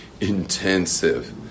intensive